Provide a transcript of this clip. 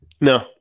No